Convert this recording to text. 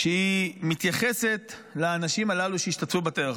כשהיא מתייחסת לאנשים הללו שהשתתפו בטבח.